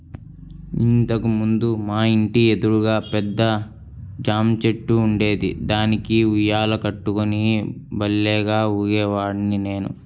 ఇంతకు ముందు మా ఇంటి ఎదురుగా పెద్ద జాంచెట్టు ఉండేది, దానికి ఉయ్యాల కట్టుకుని భల్లేగా ఊగేవాడ్ని నేను